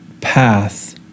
path